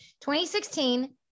2016